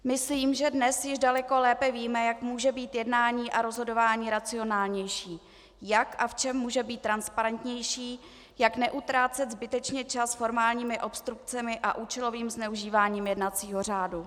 Myslím, že dnes již daleko lépe víme, jak může být jednání a rozhodování racionálnější, jak a v čem může být transparentnější, jak neutrácet zbytečně čas formálními obstrukcemi a účelovým zneužíváním jednacího řádu.